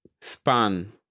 span